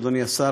אדוני השר,